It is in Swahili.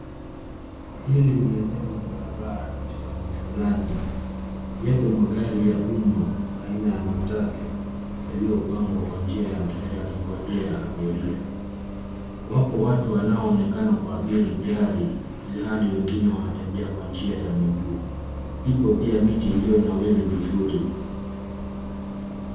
Hili ni eneo la barabara katika mji fulani. Yapo magari ya umma, aina ya matatu yaliyopangwa kwa njia ya mstari yakingojea abiria. Wapo watu wanaoonekana kuabiri gari, ilhali wengine wanatembea kwa njia ya miguu. Ipo pia miti iliyonawiri vizuri.